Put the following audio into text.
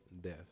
death